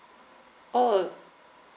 oh